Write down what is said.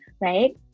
right